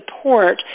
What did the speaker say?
support